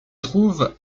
trouve